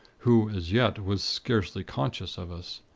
who, as yet, was scarcely conscious of us.